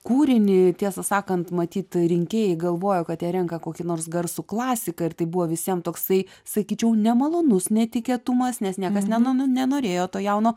kūrinį tiesą sakant matyt rinkėjai galvojo kad jie renka kokį nors garsų klasiką ir tai buvo visiem toksai sakyčiau nemalonus netikėtumas nes niekas neno nenorėjo to jauno